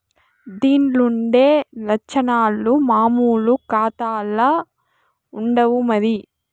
దీన్లుండే లచ్చనాలు మామూలు కాతాల్ల ఉండవు మరి